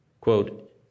Quote